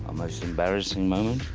um most embarrassing moment?